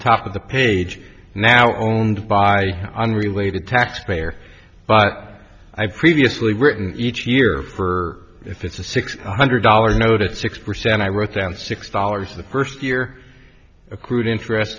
top of the page now owned by unrelated tax payer but i previously written each year for if it's a six hundred dollars note at six percent i wrote down six dollars the first year accrued interest